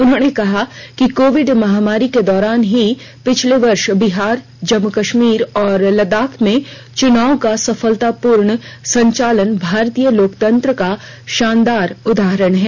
उन्होंने कहा कि कोविड महामारी के दौरान ही पिछले वर्ष बिहार जम्मू कश्मीर और लद्दाख में चुनाव का सफलतापूर्ण संचालन भारतीय लोकतंत्र का शानदान उदाहरण है